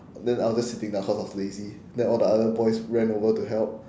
then I was just sitting down cause I was lazy then all the other boys ran over to help